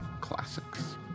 classics